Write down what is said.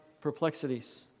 perplexities